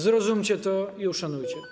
Zrozumcie to i uszanujcie.